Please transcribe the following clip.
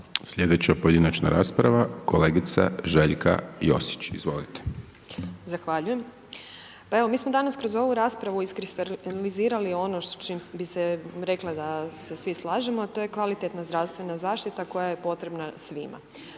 Sljedeća pojedinačna rasprava, kolegica Željka Josić, izvolite. **Josić, Željka (HDZ)** Zahvaljujem. Pa evo mi smo danas kroz ovu raspravu iskristalizirali ono s čim bi se rekla da se svi slažemo, a to je kvalitetna zdravstvena zaštita koja je potrebna svima.